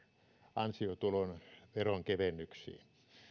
ansiotulon veronkevennyksiin